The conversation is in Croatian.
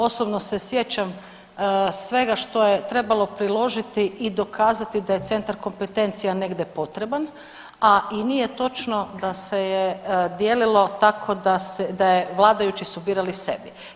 Osobno se sjećam svega što je trebalo priložiti i dokazati da je centar kompetencija negde potreban, a i nije točno da se je dijelilo tako da se, da je vladajući si birali sebi.